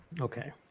Okay